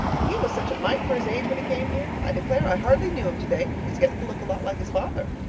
he was such a mite for his age when he came here. i declare i hardly knew him today. he's getting to look a lot like his father.